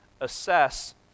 assess